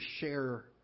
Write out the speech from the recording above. share